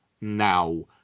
now